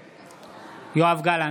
נגד יואב גלנט,